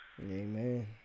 Amen